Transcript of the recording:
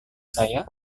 saya